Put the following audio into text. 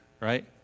right